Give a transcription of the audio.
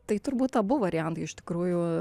tai turbūt abu variantai iš tikrųjų